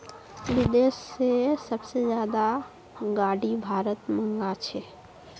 विदेश से सबसे ज्यादा गाडी भारत मंगा छे